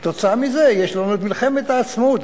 כתוצאה מזה יש לנו את מלחמת העצמאות.